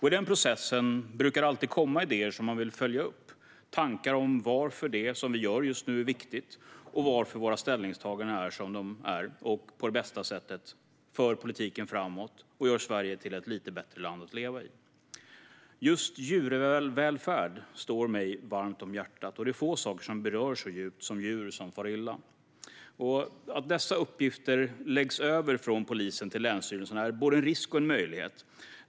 I denna process brukar det alltid komma idéer som vi vill följa upp och tankar om varför det vi gör just nu är viktigt och varför våra ställningstaganden är de som på bästa sätt för politiken framåt och gör Sverige till ett lite bättre land att leva i. Djurvälfärd ligger mig varmt om hjärtat, och det är få saker som berör mig så djupt som djur som far illa. Att dessa uppgifter läggs över från polisen till länsstyrelserna är både en risk och en möjlighet.